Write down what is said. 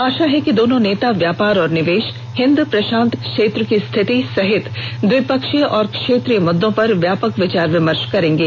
आशा है कि दोनों नेता व्यापार और निवेश हिंद प्रशांत क्षेत्र की स्थिति सहित द्विपक्षीय और क्षेत्रीय मुद्दों पर व्यापक विचार विमर्श करेंगे